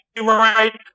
right